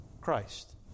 Christ